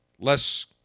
less